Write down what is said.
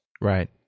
Right